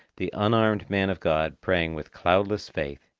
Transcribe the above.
the unarmed man of god praying with cloudless faith,